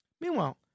Meanwhile